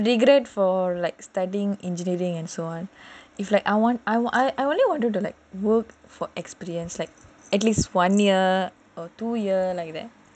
I don't regret for like studying engineering and so on if like I want I I only wanted to like work for experience like at least one year or two year like that